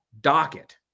docket